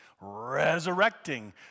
resurrecting